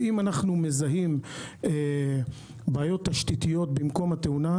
ואם אנחנו מזהים בעיות תשתיתיות במקום התאונה,